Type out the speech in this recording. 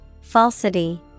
Falsity